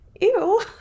Ew